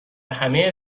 همه